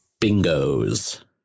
Bingo's